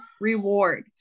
reward